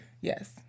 Yes